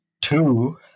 two